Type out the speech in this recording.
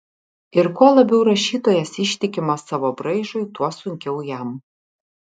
ir kuo labiau rašytojas ištikimas savo braižui tuo sunkiau jam